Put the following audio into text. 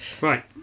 Right